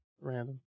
random